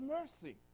mercy